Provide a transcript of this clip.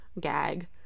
gag